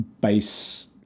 base